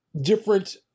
different